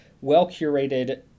well-curated